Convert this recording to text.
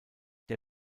der